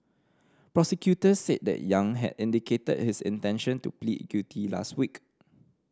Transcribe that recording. prosecutors said that Yang had indicated his intention to plead guilty last week